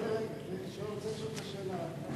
רגע, אני רוצה לשאול אותך שאלה.